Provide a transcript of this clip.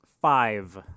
five